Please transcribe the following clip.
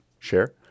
share